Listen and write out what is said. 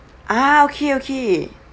ah okay okay